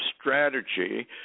strategy